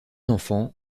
enfant